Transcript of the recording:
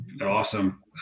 Awesome